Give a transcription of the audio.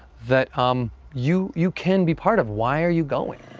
that um you you can be part of. why are you going?